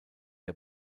der